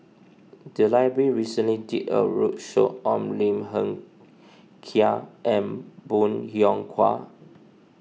the library recently did a roadshow on Lim Hng Kiang and Bong Hiong Hwa